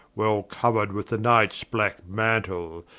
well couer'd with the nights black mantle,